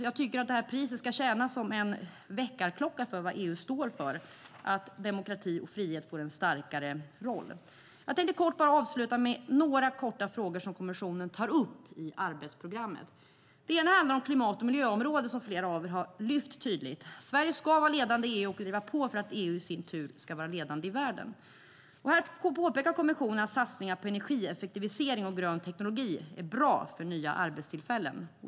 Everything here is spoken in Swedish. Jag tycker att det priset ska tjäna som en väckarklocka som visar vad EU står för, det vill säga att demokrati och frihet får en starkare roll. Jag tänker avsluta med några korta frågor som kommissionen tar upp i arbetsprogrammet. En handlar om klimat och miljöområdet, som flera av er har lyft upp. Sverige ska vara ledande i EU och driva på att för EU i sin tur ska vara ledande i världen. Här påpekar kommissionen att satsningar på energieffektivisering och grön teknologi är bra för nya arbetstillfällen.